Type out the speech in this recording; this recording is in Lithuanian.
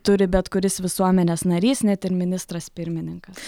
turi bet kuris visuomenės narys net ir ministras pirmininkas